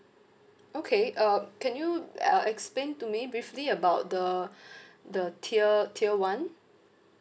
okay uh can you uh explain to me briefly about the the tier tier one